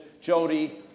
Jody